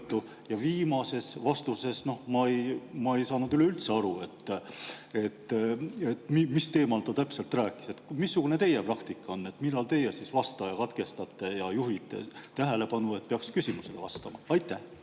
ja viimasest vastusest ma ei saanud üldse aru, mis teemal ta täpselt rääkis. Missugune teie praktika on, millal teie vastaja katkestate ja juhite tema tähelepanu sellele, et ta peaks küsimusele vastama? Aitäh!